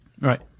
Right